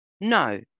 no